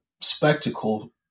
spectacle